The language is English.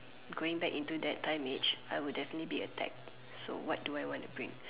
going back into that time age I would definitely be attacked so what do I want to bring